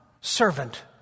servant